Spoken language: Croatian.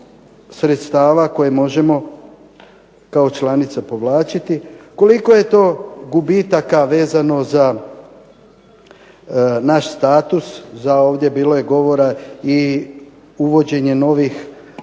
sredstava koje možemo kao članica povlačiti, koliko je to gubitaka vezano za naš status, ovdje bilo je govora i uvođenje novih